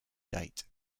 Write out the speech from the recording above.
date